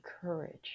courage